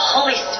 Holy